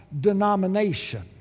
denomination